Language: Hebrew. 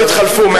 הם התחלפו.